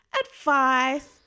advice